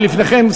לפני כן,